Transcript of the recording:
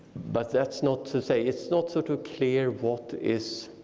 but that's not to say, it's not so to clear what is,